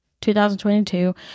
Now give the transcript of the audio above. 2022